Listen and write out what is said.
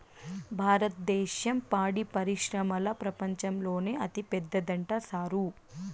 భారద్దేశం పాడి పరిశ్రమల ప్రపంచంలోనే అతిపెద్దదంట సారూ